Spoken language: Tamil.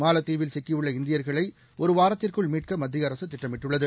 மாலத்தீவில் சிக்கியுள்ள இந்தியர்களை ஒருவாரத்திற்குள் மீட்க மத்திய அரசு திட்டமிட்டுள்ளது